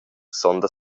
sonda